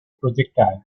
projectile